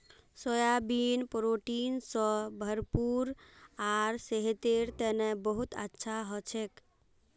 soybean protein स भरपूर आर सेहतेर तने बहुत अच्छा हछेक